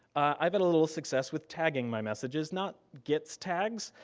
i've had a little success with tagging my messages. not git's tags,